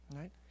right